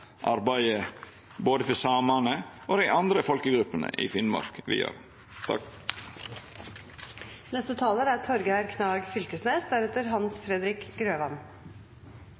arbeidet både for samane og for dei andre folkegruppene i Finnmark.